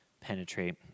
penetrate